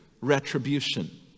retribution